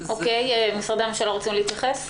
משרדי הממשלה, רוצים להתייחס?